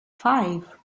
five